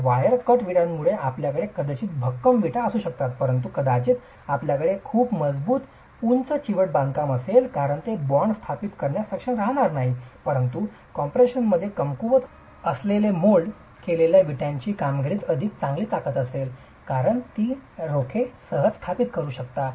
तर wire cut विटांमुळे आपल्याकडे कदाचित भक्कम विटा असू शकतात परंतु कदाचित आपल्याकडे खूप मजबूत उंच चिवट बांधकाम असेल कारण ते बॉन्ड स्थापित करण्यास सक्षम राहणार नाही परंतु कम्प्रेशनमध्ये कमकुवत असलेल्या मोल्ड केलेल्या विटाची कामगिरीत अधिक चांगली ताकद असेल कारण ती रोखे सहज स्थापित करू शकता